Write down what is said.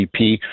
GDP